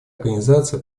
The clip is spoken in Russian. организация